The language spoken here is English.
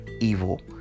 evil